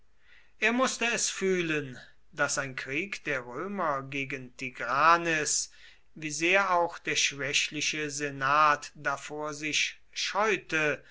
er mußte es fühlen daß ein krieg der römer gegen tigranes wie sehr auch der schwächliche senat davor sich scheute